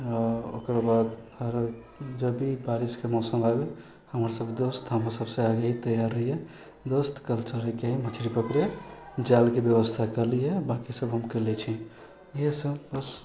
आओर ओकर बाद जब भी बारिशके मौसम आबे हमर सभ दोस्त हमर सभ तैयार रहैए दोस्त कल चलैके हय मछली पकड़े जालके व्यवस्था कऽ लिहऽ बाँकी सभ हम कयले छी इएह सभ बस